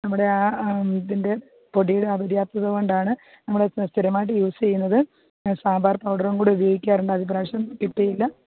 നമ്മുടെ ആ ഇതിൻ്റെ പൊടി അവിടെ ഇല്ലാത്തത് കൊണ്ടാണ് നമ്മൾ സ്ഥിരമായിട്ട് യൂസ് ചെയ്യുന്നത് സാമ്പാർ പൌഡർ കൂടെ ഉപയോഗിക്കാറുണ്ട് അത് ഇപ്രാവശ്യം കിട്ടിയില്ല